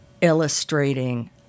illustrating